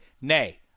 nay